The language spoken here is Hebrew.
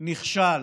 נכשל,